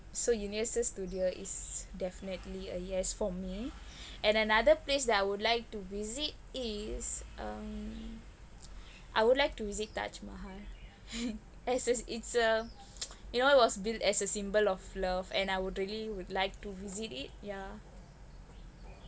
so universal studio is definitely a yes for me and another place that I would like to visit is um I would like to visit taj mahal as it's uh you know it was built as a symbol of love and I would really would like to visit it yeah